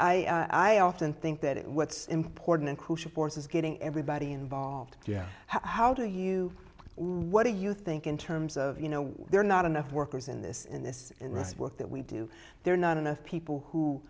i i often think that it what's important and crucial force is getting everybody involved yeah how do you what do you think in terms of you know there are not enough workers in this in this in this work that we do there not enough people who